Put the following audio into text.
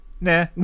nah